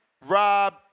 Rob